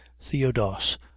theodos